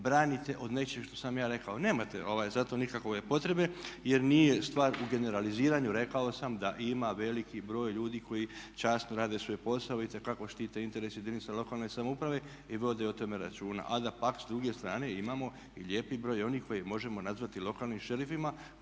branite od nečeg što sam ja rekao. Nemate za to nikakove potrebe, jer nije stvar u generaliziranju. Rekao sam da ima veliki broj ljudi koji časno rade svoj posao, itekako štite interes jedinica lokalne samouprave i vode o tome računa, a da pak s druge strane imamo i lijepi broj onih koje možemo nazvati lokalnim šerifima,